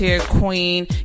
queen